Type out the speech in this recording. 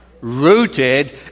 Rooted